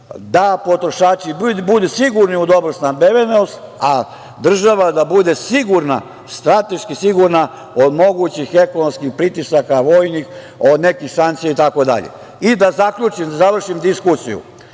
da potrošači budu sigurni u dobru snabdevenost, a država da bude sigurna, strateški sigurna od mogućih ekonomskih pritisaka, vojnih, nekih sankcija itd. Da zaključim, da završim diskusiju